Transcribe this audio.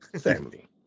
Family